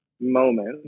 moment